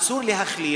אסור להכליל,